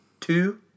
Two